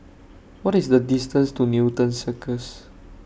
What IS The distance to Newton Cirus